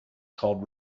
called